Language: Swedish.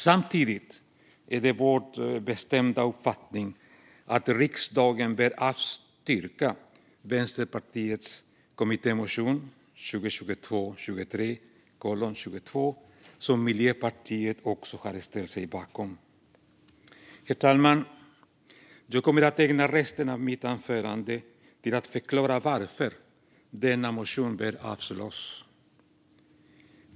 Samtidigt är det vår bestämda uppfattning att riksdagen bör avstyrka Vänsterpartiets kommittémotion 2022/23:22 som också Miljöpartiet har ställt sig bakom. Herr talman! Jag kommer att ägna resten av mitt anförande åt att förklara varför denna motion bör avslås.